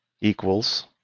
equals